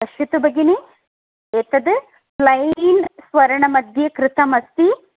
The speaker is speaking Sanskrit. पश्यतु भगिनि एतद् प्लैन् स्वर्णमध्ये कृतमस्ति